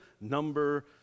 number